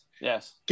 yes